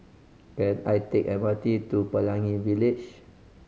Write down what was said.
can I take M R T to Pelangi Village